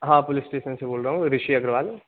हाँ police station से बोल रहा हूँ ऋषि अग्रवाल